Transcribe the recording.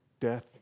death